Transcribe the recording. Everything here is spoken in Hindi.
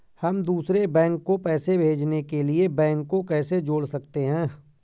हम दूसरे बैंक को पैसे भेजने के लिए बैंक को कैसे जोड़ सकते हैं?